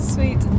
Sweet